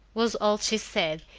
was all she said,